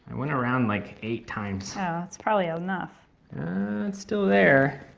went around like eight times. so it's probably enough. it's still there